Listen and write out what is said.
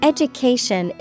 Education